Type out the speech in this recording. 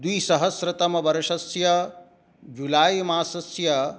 द्विसहस्त्रतमवर्षस्य जुलै मासस्य